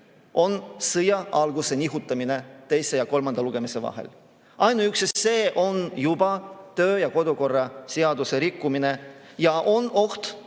on sõja alguse nihutamine teise ja kolmanda lugemise vahel. Ainuüksi see on juba töö- ja kodukorra seaduse rikkumine ja on oht